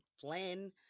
Flynn